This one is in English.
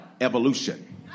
Evolution